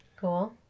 Cool